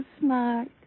smart